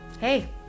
Hey